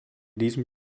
diesem